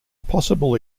possible